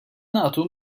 nagħtu